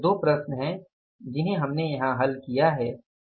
इसलिए ये दो प्रश्न हैं जिन्हें हमने यहां हल किया हैं